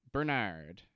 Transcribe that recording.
Bernard